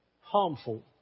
harmful